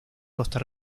costa